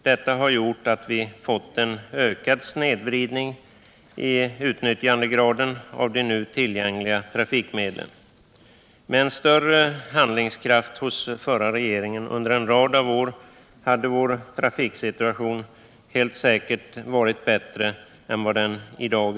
Detta har gjort att vi | fått en ökad snedvridning i utnyttjandegraden av de nu tillgängliga trafik I medlen. Med en större handlingskraft hos förra regeringen under en rad av år hade vår trafiksituation helt säkert varit bättre än vad den är i dag.